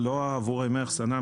זה לא עבור ימי אחסנה,